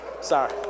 Sorry